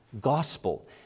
gospel